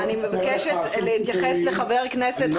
אני מבקשת להתייחס לחבר כנסת,